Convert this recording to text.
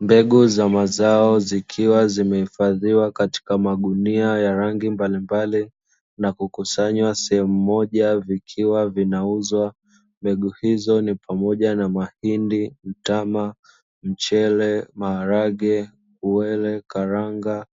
Mbegu za mazao zikiwa zimehifadhiwa katika magunia ya rangi mbalimbali na kukusanywa sehemu moja vikiwa vinauzwa. Mbegu hizo ni pamoja na: mahindi, mtama, mchele, maharage, uwele, karanga